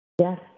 Yes